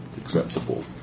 acceptable